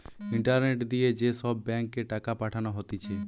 internet দিয়ে যে সব ব্যাঙ্ক এ টাকা পাঠানো হতিছে